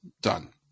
done